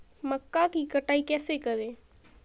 मक्का की कटाई कैसे करें?